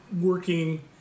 working